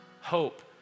hope